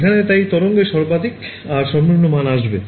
এখানে তাই তরঙ্গে সর্বাধিক আর সর্বনিম্ন মাণ আসবে